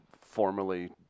formerly